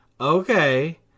Okay